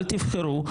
אל תבחרו?